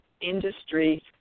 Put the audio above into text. industry